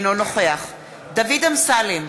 אינו נוכח דוד אמסלם,